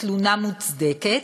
התלונה מוצדקת,